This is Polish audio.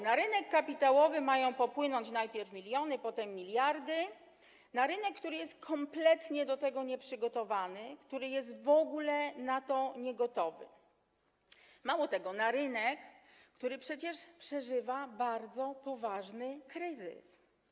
Na rynek kapitałowy mają popłynąć najpierw miliony, potem miliardy - na rynek, który jest do tego kompletnie nieprzygotowany, który w ogóle nie jest na to gotowy, mało tego, na rynek, który przecież przeżywa bardzo poważny kryzys.